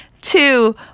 two